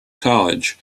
college